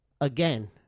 again